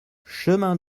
chemin